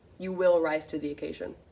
you will rise to the occasion.